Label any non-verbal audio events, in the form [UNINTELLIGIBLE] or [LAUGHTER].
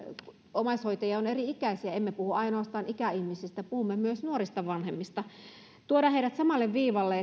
omaishoitajia on eri ikäisiä emme puhu ainoastaan ikäihmisistä puhumme myös nuorista vanhemmista heidät samalla viivalle [UNINTELLIGIBLE]